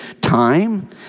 time